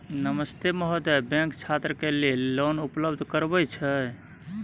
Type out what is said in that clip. नमस्ते महोदय, बैंक छात्र के लेल लोन उपलब्ध करबे छै?